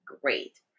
great